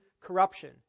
corruption